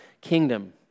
kingdom